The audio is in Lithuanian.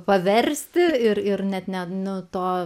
paversti ir ir net ne nuo to